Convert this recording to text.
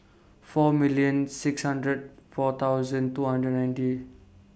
four million six hundred four thousand two hundred ninety